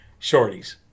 shorties